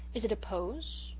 is it a pose?